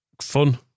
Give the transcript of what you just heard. fun